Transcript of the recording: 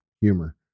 humor